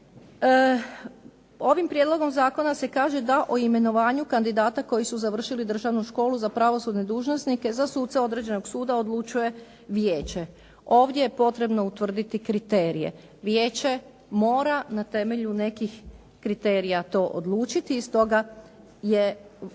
Ovim prijedlogom zakona se kaže da o imenovanju kandidata koji su završili državnu školu za pravosudne dužnosnike, za suce određenog suda odlučuje vijeće. Ovdje je potrebno utvrditi kriterije. Vijeće mora na temelju nekih kriterija to odlučiti i stoga je